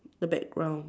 the background